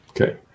Okay